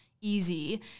easy